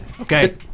Okay